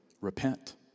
repent